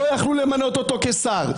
לא יכלו למנותו כשר.